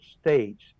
States